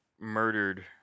murdered